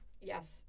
yes